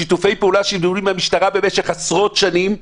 שיתופי פעולה שידועים עם המשטרה במשך עשרות שנים,